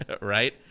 right